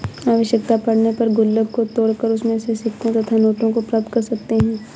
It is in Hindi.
आवश्यकता पड़ने पर गुल्लक को तोड़कर उसमें से सिक्कों तथा नोटों को प्राप्त कर सकते हैं